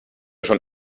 schon